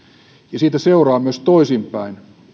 siitä seuraa toisinpäin